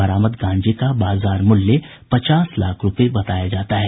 बरामद गांजे का बाजार मूल्य पचास लाख रूपये बताया जाता है